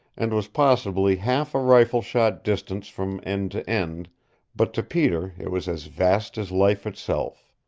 and was possibly half a rifle-shot distance from end to end but to peter it was as vast as life itself.